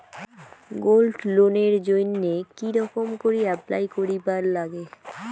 Gold লোনের জইন্যে কি রকম করি অ্যাপ্লাই করিবার লাগে?